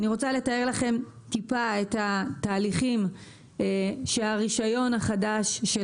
אני רוצה לתאר לכם את התהליכים שהרישיון החדש של